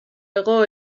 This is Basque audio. hego